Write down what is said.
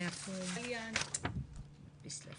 אם אנחנו